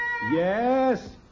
Yes